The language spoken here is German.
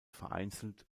vereinzelt